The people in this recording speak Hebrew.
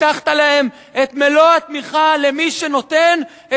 הבטחת להם את מלוא התמיכה למי שנותן,